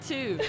Two